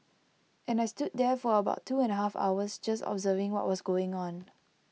and I stood there for about two and A half hours just observing what was going on